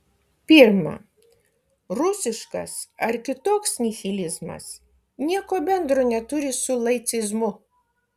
pirma rusiškas ar kitoks nihilizmas nieko bendro neturi su laicizmu